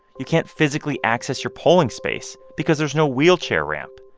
you can't physically access your polling space because there's no wheelchair ramp.